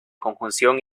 conjunción